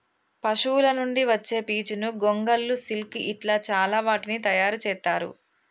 పశువుల నుండి వచ్చే పీచును గొంగళ్ళు సిల్క్ ఇట్లా చాల వాటిని తయారు చెత్తారు